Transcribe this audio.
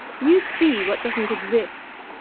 you see what doesn't exist.